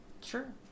Sure